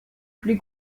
plus